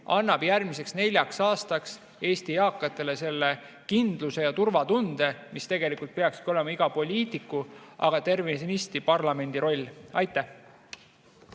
annab järgmiseks neljaks aastaks Eesti eakatele selle kindluse ja turvatunde, mis tegelikult peakski olema iga poliitiku, aga tervenisti parlamendi roll. Aitäh!